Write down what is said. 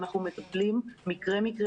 אנחנו מטפלים במקרה-מקרה.